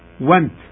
went